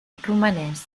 romanès